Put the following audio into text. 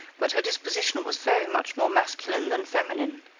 but her disposition was very much more masculine than feminine.